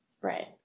Right